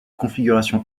configuration